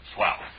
Swell